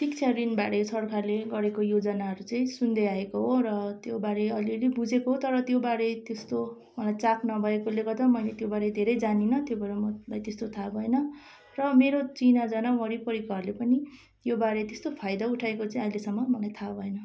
शिक्षा ऋणबारे सरकारले गरेको योजनाहरू चाहिँ सुन्दैआएको हो र त्योबारे अलिअलि बुझेको हो तर त्योबारे त्यस्तो मलाई चाख नभएकोले गर्दा मैले त्यो बारे धेरै जानिनँ त्यही भएर मलाई त्यस्तो थाहा भएन र मेरो चिनाजाना वरिपरिको घरले पनि योबारे त्यस्तो फाइदा उठाएको चाहिँ अहिलेसम्म मलाई थाहा भएन